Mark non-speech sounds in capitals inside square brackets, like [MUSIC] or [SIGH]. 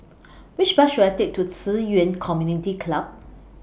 [NOISE] Which Bus should I Take to Ci Yuan Community Club